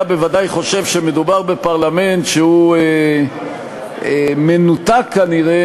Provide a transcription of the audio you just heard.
היה בוודאי חושב שמדובר בפרלמנט שהוא מנותק כנראה